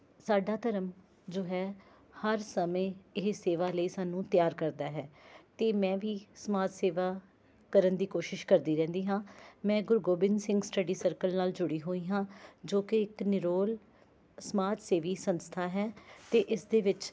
ਸਾਡਾ ਧਰਮ ਜੋ ਹੈ ਹਰ ਸਮੇਂ ਇਹ ਸੇਵਾ ਲਈ ਸਾਨੂੰ ਤਿਆਰ ਕਰਦਾ ਹੈ ਅਤੇ ਮੈਂ ਵੀ ਸਮਾਜ ਸੇਵਾ ਕਰਨ ਦੀ ਕੋਸ਼ਿਸ਼ ਕਰਦੀ ਰਹਿੰਦੀ ਹਾਂ ਮੈਂ ਗੁਰੂ ਗੋਬਿੰਦ ਸਿੰਘ ਸਟੱਡੀ ਸਰਕਲ ਨਾਲ ਜੁੜੀ ਹੋਈ ਹਾਂ ਜੋ ਕਿ ਇੱਕ ਨਿਰੋਲ ਸਮਾਜ ਸੇਵੀ ਸੰਸਥਾ ਹੈ ਅਤੇ ਇਸ ਦੇ ਵਿੱਚ